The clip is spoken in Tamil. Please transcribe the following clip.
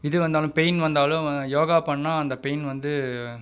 இது வந்தாலும் பெயின் வந்தாலும் யோகா பண்ணால் அந்த பெயின் வந்து